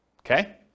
Okay